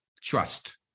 trust